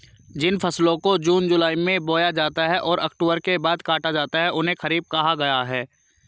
जिन फसलों को जून जुलाई में बोया जाता है और अक्टूबर के बाद काटा जाता है उन्हें खरीफ कहा गया है